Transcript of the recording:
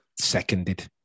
Seconded